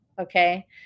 Okay